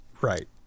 Right